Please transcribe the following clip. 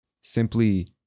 simply